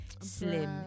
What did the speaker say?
slim